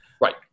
right